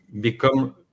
become